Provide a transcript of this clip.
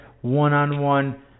one-on-one